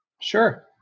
Sure